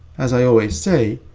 as i always say,